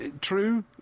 True